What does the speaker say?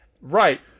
Right